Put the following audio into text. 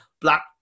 black